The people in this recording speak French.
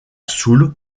soul